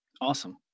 Awesome